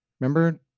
Remember